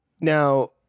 now